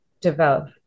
develop